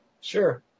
Sure